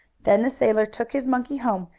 then the sailor took his monkey home,